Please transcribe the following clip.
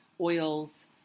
oils